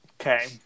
okay